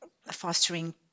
fostering